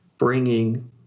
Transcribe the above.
bringing